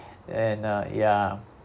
and uh ya